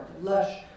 lush